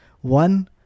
one